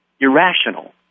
irrational